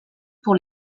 pour